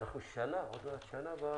אנחנו עוד מעט שנה.